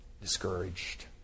discouraged